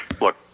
Look